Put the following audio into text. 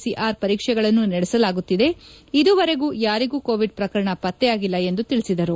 CR ಪರೀಕ್ಷೆಗಳನ್ನು ನಡೆಸಲಾಗುತ್ತಿದೆ ಇದುವರೆವಿಗೂ ಯಾರಿಗೂ ಕೊವೀಡ್ ಪ್ರಕರಣ ಪತ್ತೆಯಾಗಿಲ್ಲ ಎಂದು ಹೇಳಿದರು